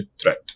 threat